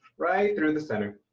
right through the center,